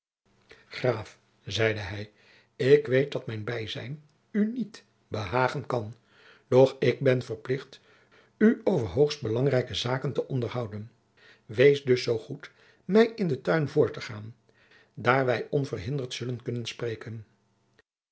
graaf zeide hij ik weet dat mijn bijzijn u niet behagen kan doch ik ben verplicht u over hoogst belangrijke zaken te onderhouden wees dus zoo goed mij in den tuin voor te gaan daar wij onverhinderd zullen kunnen spreken